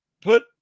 put